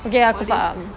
okay ah aku faham